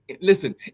Listen